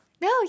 No